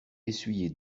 essuyer